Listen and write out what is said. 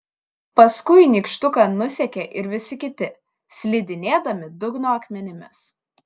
paskui nykštuką nusekė ir visi kiti slidinėdami dugno akmenimis